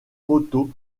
moto